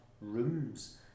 rooms